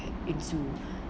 into